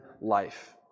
life